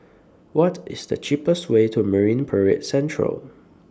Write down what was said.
What IS The cheapest Way to Marine Parade Central